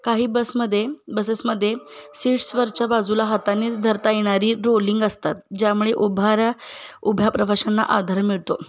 काही बसमध्ये बसेसमध्ये सीट्सवरच्या बाजूला हाताने धरता येणारी रोलिंग असतात ज्यामुळे उभाऱ्या उभ्या प्रवाशांना आधार मिळतो